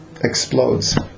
explodes